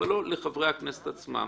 אבל לא לחברי הכנסת עצמם.